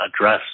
address